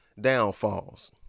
downfalls